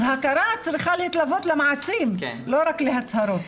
אז הכרה צריכה להתלוות למעשים ולא רק להצהרות.